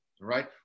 right